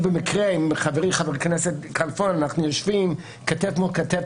אני עם חברי חבר הכנסת כלפון יושבים כתף מול כתף